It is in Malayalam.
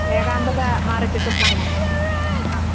ഏകാന്തത മാറികിട്ടുമെന്നാണോ ആ